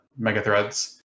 megathreads